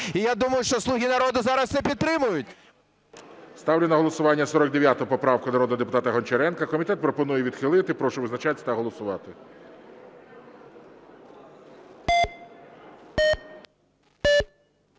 І я думаю, що "слуги народу" зараз це підтримають. ГОЛОВУЮЧИЙ. Ставлю на голосування 49 поправку народного депутата Гончаренка. Комітет пропонує відхилити. Прошу визначатися та голосувати.